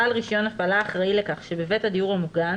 5. בעל רישיון הפעלה אחראי לכך שבבית הדיור המוגן